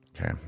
Okay